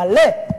מלא.